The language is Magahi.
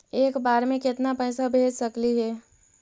एक बार मे केतना पैसा भेज सकली हे?